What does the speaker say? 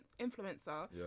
influencer